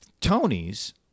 Tony's